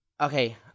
Okay